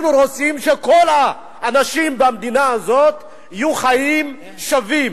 כל האנשים במדינה הזאת יחיו חיים שווים,